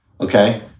okay